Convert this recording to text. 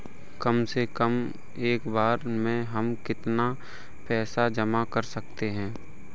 कम से कम एक बार में हम कितना पैसा जमा कर सकते हैं?